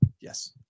Yes